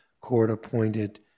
court-appointed